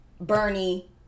bernie